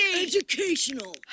Educational